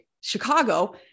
Chicago